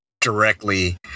directly